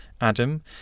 Adam